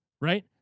right